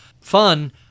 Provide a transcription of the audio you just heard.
fun